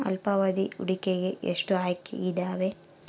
ಅಲ್ಪಾವಧಿ ಹೂಡಿಕೆಗೆ ಎಷ್ಟು ಆಯ್ಕೆ ಇದಾವೇ?